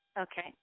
Okay